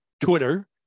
Twitter